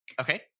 Okay